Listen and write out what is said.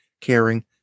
caring